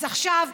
אז עכשיו,